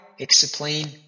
explain